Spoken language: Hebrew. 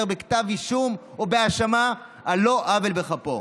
בכתב אישום או בהאשמה על לא עוול בכפו.